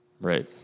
Right